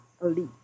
Elite